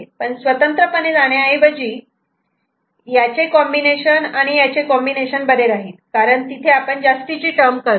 पण स्वतंत्रपणे जाण्याऐवजी याचे कॉमबीनेशन आणि याचे कॉमबीनेशन बरे राहील कारण तिथे आपण जास्तीची टर्म तयार करतो